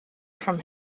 from